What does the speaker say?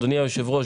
אדוני היושב-ראש,